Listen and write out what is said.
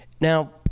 Now